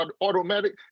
automatic